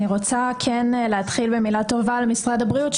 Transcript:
אני רוצה להתחיל במילה טובה למשרד הבריאות,